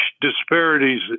disparities